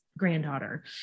granddaughter